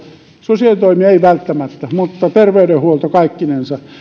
sosiaalitoimi ei välttämättä mutta terveydenhuolto kaikkinensa